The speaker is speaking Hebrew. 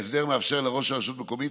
ההסדר מאפשר לראש רשות מקומית,